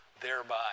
thereby